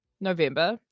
November